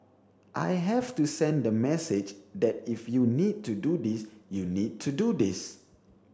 I have to send the message that if you need to do this you need to do this